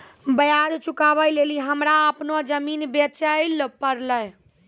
ब्याज चुकबै लेली हमरा अपनो जमीन बेचै ले पड़लै